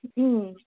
ꯎꯝ